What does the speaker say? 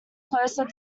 closer